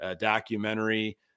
documentary